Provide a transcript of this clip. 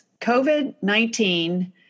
COVID-19